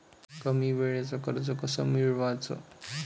कमी वेळचं कर्ज कस मिळवाचं?